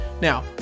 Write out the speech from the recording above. Now